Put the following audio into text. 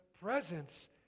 presence